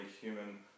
human